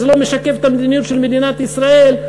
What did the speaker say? וזה לא משקף את המדיניות של מדינת ישראל.